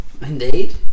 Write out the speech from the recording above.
Indeed